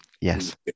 Yes